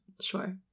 Sure